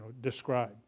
describe